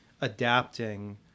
adapting